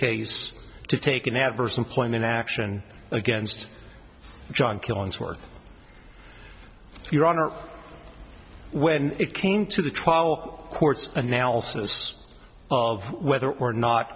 case to take an adverse employment action against john killingsworth your honor when it came to the trial court's analysis of whether or not